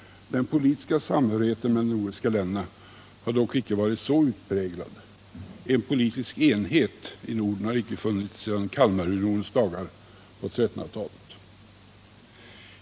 Den politiska samhörigheten mellan de nordiska länderna har dock icke varit så utpräglad; en politisk enhet i Norden har icke existerat sedan Kalmarunionens dagar på 1300-talet.